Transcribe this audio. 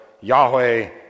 Yahweh